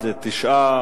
התשע"א 2011, נתקבל.